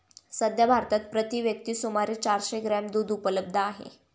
सध्या भारतात प्रति व्यक्ती सुमारे चारशे ग्रॅम दूध उपलब्ध आहे